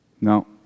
No